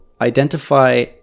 identify